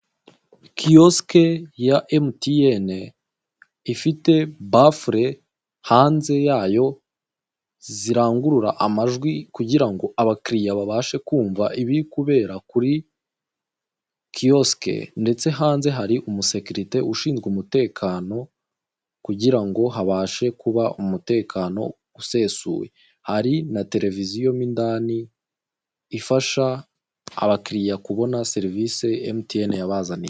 Kiyosike ya emutiyene ifite bafure hanze yayo zirangurura amajwi kugirango abakiriya bababshe kumva ibiri kubera kuri kiyosike ndetse hanze hari umusekirite ushinzwe umutekano kugirango habashe kuba umutekano usesuyo. Hari na tereviziyo mo indani ifasha abakiriya kubona serivisi emutiyeni yabazaniye.